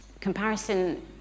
Comparison